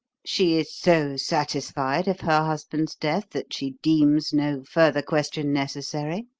she is so satisfied of her husband's death that she deems no further question necessary.